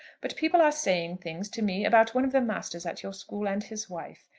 but people are saying things to me about one of the masters at your school and his wife.